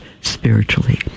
spiritually